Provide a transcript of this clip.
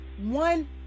one